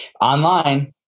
online